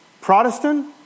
Protestant